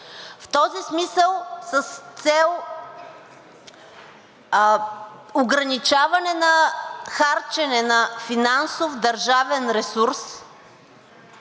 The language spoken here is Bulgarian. В този смисъл с цел ограничаване на харчене на финансов, държавен ресурс